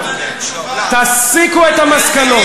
תסיקו את המסקנות.